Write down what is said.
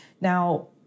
Now